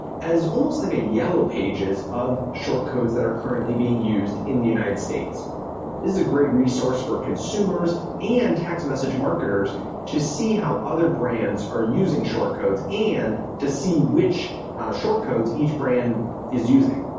as almost like a yellow pages of short codes that are currently being used in the united states. this is a great resource for consumers and text message marketers to see how other brands are using short codes and to see which short codes each brand is using.